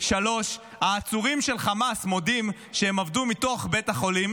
3. העצורים של חמאס מודים שהם עבדו מתוך בית החולים,